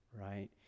right